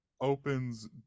opens